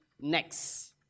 next